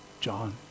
John